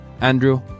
Andrew